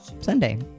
Sunday